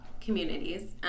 communities